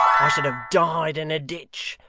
i should have died in a ditch.